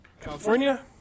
California